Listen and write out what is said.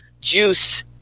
Juice